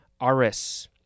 aris